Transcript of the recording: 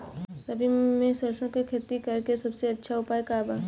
रबी में सरसो के खेती करे के सबसे अच्छा उपाय का बा?